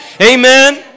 Amen